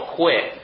quit